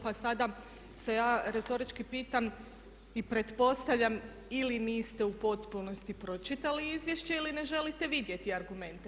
Pa sada se ja retorički pitam i pretpostavljam ili niste u potpunosti pročitali izvješće ili ne želite vidjeti argumente.